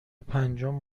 پنجم